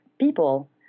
people